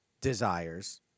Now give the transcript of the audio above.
desires